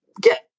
get